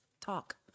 talk